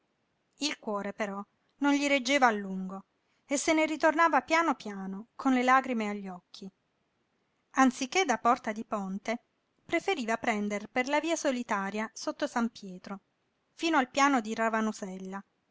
il cuore però non gli reggeva a lungo e se ne ritornava pian piano con le lagrime agli occhi anziché da porta di ponte preferiva prendere per la via solitaria sotto san pietro fino al piano di